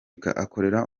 akorera